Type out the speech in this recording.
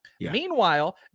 Meanwhile